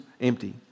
empty